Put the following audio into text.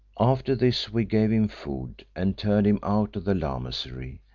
after this we gave him food and turned him out of the lamasery,